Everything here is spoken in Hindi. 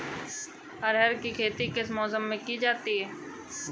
अरहर की खेती किस मौसम में की जाती है?